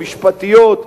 משפטיות,